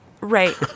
Right